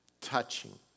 Touching